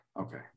okay